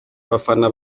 abafana